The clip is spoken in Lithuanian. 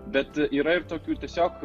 bet yra ir tokių tiesiog